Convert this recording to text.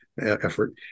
effort